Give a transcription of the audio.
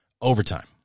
overtime